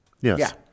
Yes